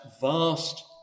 vast